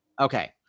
Okay